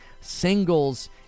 singles